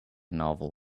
novel